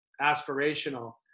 aspirational